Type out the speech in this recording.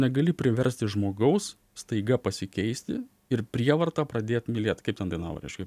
negali priversti žmogaus staiga pasikeisti ir prievarta pradėt mylėt kaip ten dainavo reiškia